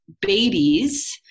babies